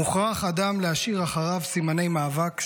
"מוכרח אדם להשאיר אחריו סימני מאבק",